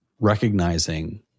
recognizing